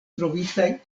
trovitaj